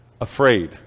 afraid